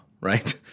right